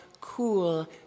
cool